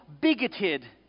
bigoted